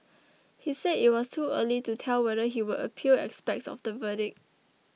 he said it was too early to tell whether he would appeal aspects of the verdict